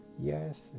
yes